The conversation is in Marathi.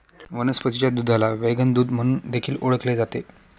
वनस्पतीच्या दुधाला व्हेगन दूध म्हणून देखील ओळखले जाते